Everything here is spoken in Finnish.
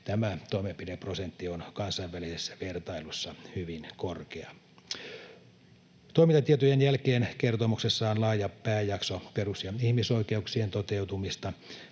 Tämä toimenpideprosentti on kansainvälisessä vertailussa hyvin korkea. Toimintatietojen jälkeen kertomuksessa on laaja pääjakso perus- ja ihmisoikeuksien toteutumisesta.